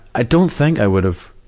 i don't think i would have,